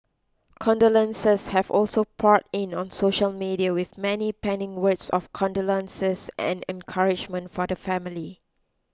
condolences have also poured in on social media with many penning words of condolences and encouragement for the family